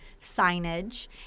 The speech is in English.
signage